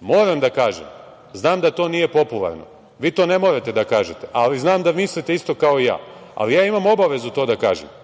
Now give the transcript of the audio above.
moram da kažem, znam da to nije popularno, vi to ne morate da kažete, ali znam da mislite isto kao ja, ali ja imamo obavezu to da kažem –